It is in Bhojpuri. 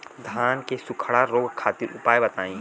धान के सुखड़ा रोग खातिर उपाय बताई?